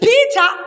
Peter